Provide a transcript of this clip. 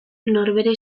norbere